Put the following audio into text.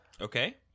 Okay